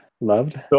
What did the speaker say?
loved